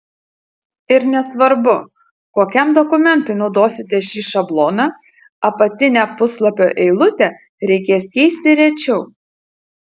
ir nesvarbu kokiam dokumentui naudosite šį šabloną apatinę puslapio eilutę reikės keisti rečiau